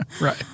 Right